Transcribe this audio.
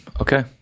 Okay